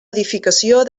edificació